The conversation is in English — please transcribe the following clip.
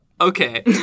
Okay